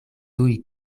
tuj